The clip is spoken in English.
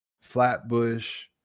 Flatbush